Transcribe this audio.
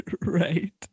right